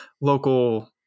local